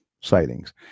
sightings